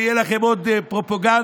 ותהיה לכם עוד פרופגנדה.